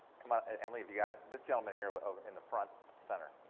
ah and emily have you got it? this gentleman here in the front, center.